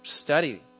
Study